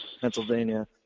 Pennsylvania